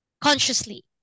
consciously